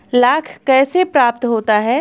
लाख कैसे प्राप्त होता है?